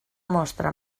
mostra